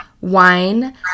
wine